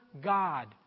God